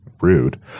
rude